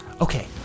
Okay